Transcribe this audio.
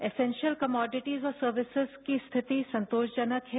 essential commodities और services की स्थिति संतोषजनक हैं